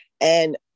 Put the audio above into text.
And-